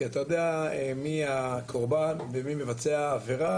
כי אתה יודע מי הקורבן ומי מבצע עבירה,